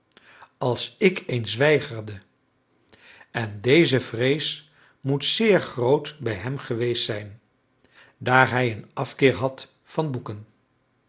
als ik eens weigerde en deze vrees moet zeer groot bij hem geweest zijn daar hij een afkeer had van boeken